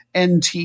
NT